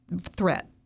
threat